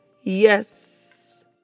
yes